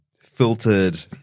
filtered